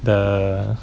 the